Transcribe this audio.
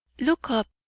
look up!